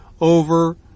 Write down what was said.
over